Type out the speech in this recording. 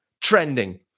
trending